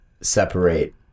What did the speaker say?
separate